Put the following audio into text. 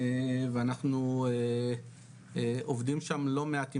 ואנחנו עובדים שם לא מעט,